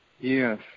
Yes